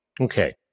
Okay